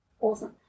Awesome